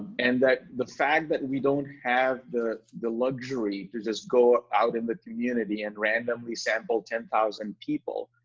and that the fact that we don't have the the luxury to just go out in the community and randomly sample ten thousand people,